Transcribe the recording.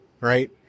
right